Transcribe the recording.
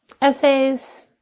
essays